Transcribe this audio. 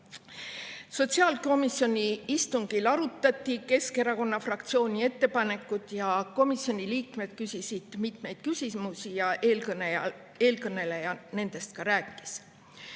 Sotsiaalkomisjoni istungil arutati Keskerakonna fraktsiooni ettepanekut. Komisjoni liikmed küsisid mitmeid küsimusi ja eelkõneleja nendest ka rääkis.